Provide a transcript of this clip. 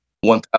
One